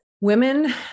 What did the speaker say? Women